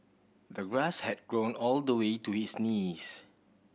the grass had grown all the way to his knees